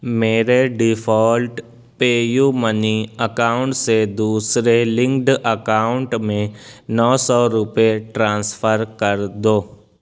میرے default PayU money account سے دوسرے لنکڈ اکاؤنٹ میں نو سو روپے ٹرانسفر کر دو